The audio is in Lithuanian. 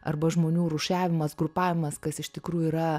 arba žmonių rūšiavimas grupavimas kas iš tikrųjų yra